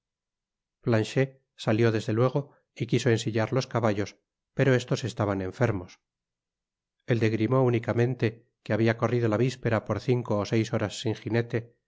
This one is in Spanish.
planchet salió desde luego y quiso ensillar los caballos pero estos estaban enfermos el de grimaud únicamente que habia corrido la víspera por cinco ó seis horas sin jinete era